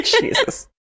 Jesus